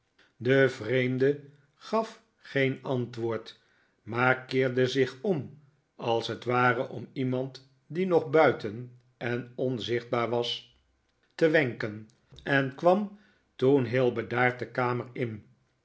de vreemde gaf geen antwoord maar keerde zich om als het ware om iemand die nog buiten en onzichtbaar was te wenken en kwam toen heel bedaard de kamer in